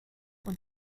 und